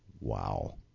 Wow